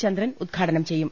ചന്ദ്രൻ ഉദ്ഘാടനം ചെയ്യും